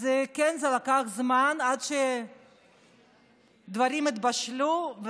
אז כן, זה לקח זמן עד שהדברים התבשלו.